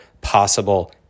possible